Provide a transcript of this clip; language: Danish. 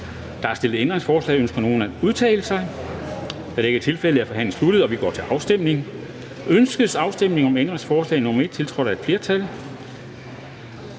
Der er stillet ændringsforslag. Ønsker nogen at udtale sig? Da det ikke er tilfældet, er forhandlingen sluttet, og vi går til afstemning. Kl. 13:59 Afstemning Formanden (Henrik Dam Kristensen):